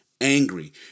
angry